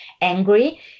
angry